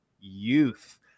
Youth